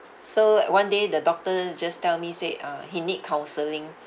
so like one day the doctor just tell me said uh he need counselling